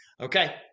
Okay